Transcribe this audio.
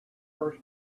first